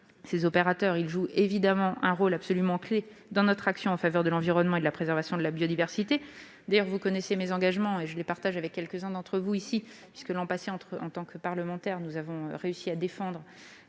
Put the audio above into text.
Les opérateurs jouent évidemment un rôle absolument clé dans notre action en faveur de l'environnement et de la préservation de la biodiversité. D'ailleurs, vous connaissez mes engagements, que je partage avec plusieurs d'entre vous : l'an passé, en tant que parlementaires, nous avons réussi à défendre